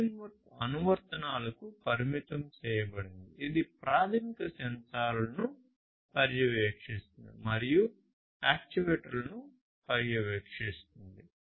framework అనువర్తనాలకు పరిమితం చేయబడింది ఇది ప్రాథమిక సెన్సార్లను పర్యవేక్షిస్తుంది మరియు యాక్యుయేటర్లను పర్యవేక్షిస్తుంది